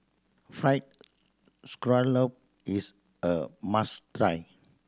Fried Scallop is a must try